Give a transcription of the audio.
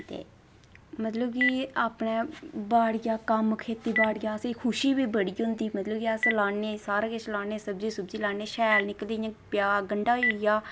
ते मतलब कि अपनी बाड़िया कम्म खेती बाड़िया असेंगी खुशी बी बड़ी होंदी मतलब कि अस लान्ने सारा किश लाने सब्ज़ी लान्ने शैल निकलदी इ'यां प्याज़ गंड्डा होई गेआ